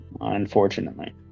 unfortunately